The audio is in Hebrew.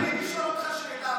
אני רוצה לשאול אותך שאלה.